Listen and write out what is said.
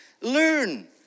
Learn